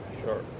Sure